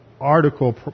article